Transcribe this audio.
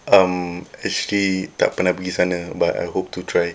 um actually tak pernah pergi sana but I hope to try